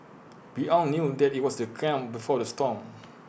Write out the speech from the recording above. we all knew that IT was the calm before the storm